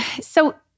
so-